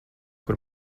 kur